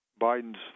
Biden's